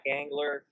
angler